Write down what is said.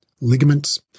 ligaments